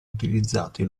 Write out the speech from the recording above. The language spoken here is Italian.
utilizzati